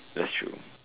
that's true